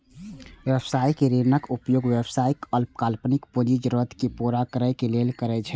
व्यावसायिक ऋणक उपयोग व्यवसायी अल्पकालिक पूंजी जरूरत कें पूरा करै लेल करै छै